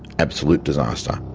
absolute disaster.